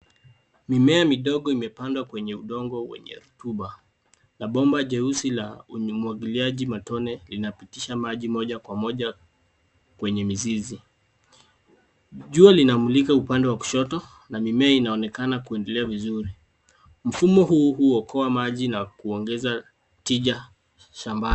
Mimea midogo imepandwa kwenye udongo wenye rutuba, na bomba jeusi la umwagiliaji matone linapitisha maji moja kwa moja kwenye mizizi. Jua linamulika upande wa kushoto, na mimea inaonekana kuendelea vizuri. Mfumo huu huokoa maji na kuongeza tija shambani.